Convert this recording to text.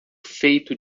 feito